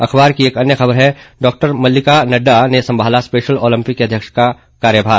अखबार की एक अन्य खबर है डॉक्टर मल्लिका नड्डा ने संभाला स्पेशल ओलंपिक की अध्यक्ष का कार्यभार